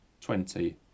twenty